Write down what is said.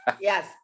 Yes